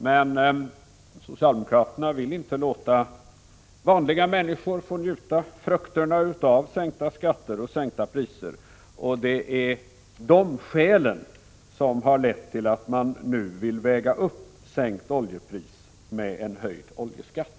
Men socialdemokraterna vill inte låta vanliga människor få njuta frukterna av sänkta skatter och sänkta priser, och det är dessa skäl som har lett till att de nu vill väga upp ett sänkt oljepris med en höjd oljeskatt.